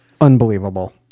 unbelievable